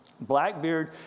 Blackbeard